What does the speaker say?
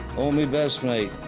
all me best mate.